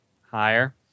Higher